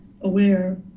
aware